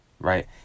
Right